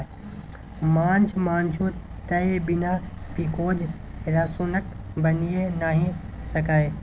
माछ मासु तए बिना पिओज रसुनक बनिए नहि सकैए